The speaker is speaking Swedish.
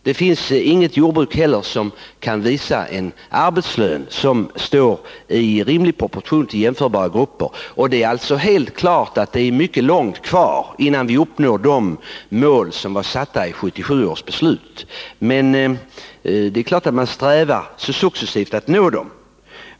Det finns heller inget jordbruk som ger en arbetslön som står i rimlig proportion till jämförbara grupper. Det är alltså helt klart att det är mycket långt kvar innan vi uppnår de mål som sattes upp i 1977 års beslut. Det är emellertid också klart att vi strävar efter att successivt nå dem.